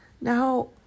now